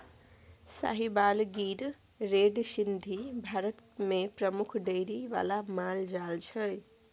Sahiwal, Gir, red Sindhi Bharat मे प्रमुख dairy बला माल जाल छै